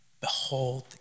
Behold